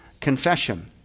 confession